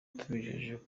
tubijeje